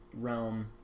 realm